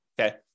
okay